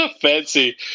fancy